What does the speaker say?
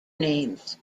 names